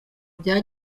bya